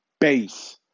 base